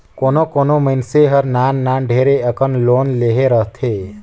कोनो कोनो मइनसे हर नान नान ढेरे अकन लोन लेहे रहथे